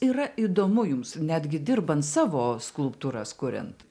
yra įdomu jums netgi dirbant savo skulptūras kuriant